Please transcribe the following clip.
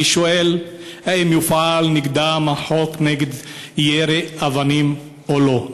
אני שואל: האם יופעל נגדם החוק נגד יידוי אבנים או לא?